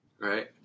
right